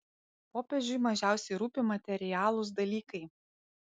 popiežiui mažiausiai rūpi materialūs dalykai